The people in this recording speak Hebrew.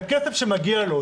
זה כסף שמגיע לו.